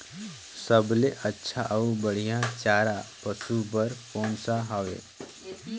सबले अच्छा अउ बढ़िया चारा पशु बर कोन सा हवय?